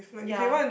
ya